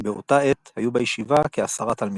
באותה עת היו בישיבה כעשרה תלמידים.